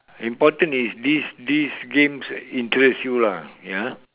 important is this this games interest you lah ya